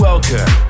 Welcome